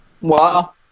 Wow